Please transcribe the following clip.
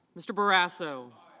mr. barrasso